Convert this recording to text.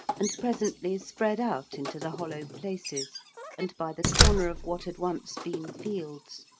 and presently spread out into the hollow places and by the corner of what had once been fields,